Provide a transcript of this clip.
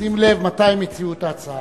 שים לב מתי הם הציעו את ההצעה.